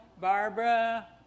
Barbara